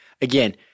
again